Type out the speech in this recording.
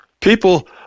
People